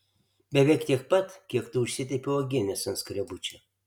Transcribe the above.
beveik tiek pat kiek tu užsitepi uogienės ant skrebučio